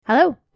Hello